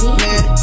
man